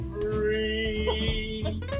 free